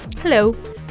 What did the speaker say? Hello